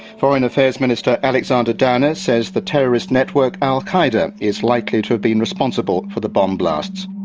foreign affairs minister alexander downer says the terrorist network al qaeda is likely to have been responsible for the bomb blasts.